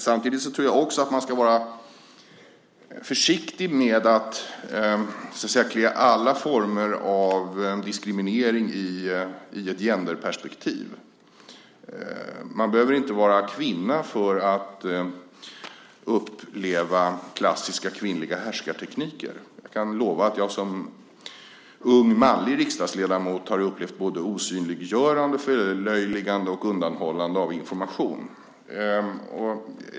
Samtidigt tror jag att man också ska vara försiktig med att se alla former av diskriminering i ett genderperspektiv. Man behöver inte vara kvinna för att uppleva klassiska kvinnliga härskartekniker. Jag kan lova att jag som ung manlig riksdagsledamot har upplevt såväl osynliggörande och förlöjligande som undanhållande av information.